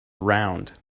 round